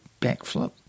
backflip